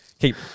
Keep